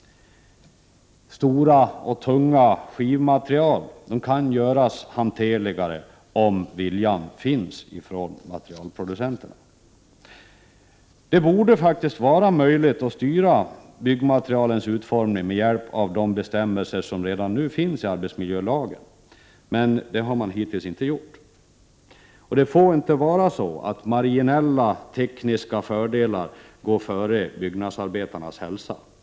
Stora och tunga skivmaterial kan göras hanterligare, om viljan finns hos materialproducenterna. Det borde vara möjligt att styra byggnadsmaterialens utformning med hjälp av de bestämmelser som redan nu finns i arbetsmiljölagen, men det har man hittills inte gjort. Det får inte vara så att marginella tekniska fördelar går före byggnadsarbetarnas hälsa.